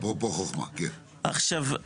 עכשיו,